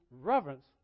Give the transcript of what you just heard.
reverence